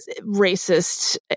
racist